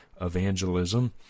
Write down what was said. evangelism